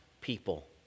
people